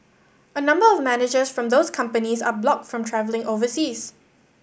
a number of managers from those companies are blocked from travelling overseas